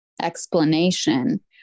explanation